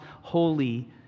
holy